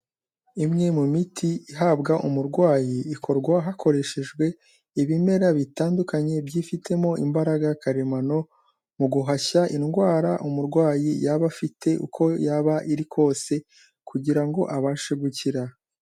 Imwe mu miti ihabwa umurwayi ikorwa hakoreshejwe ibimera bitandukanye byifitemo imbaraga karemano mu guhashya indwara umurwayi yaba afite uko yaba iri kose kugira ngo abashe gukira.